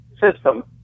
system